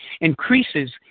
increases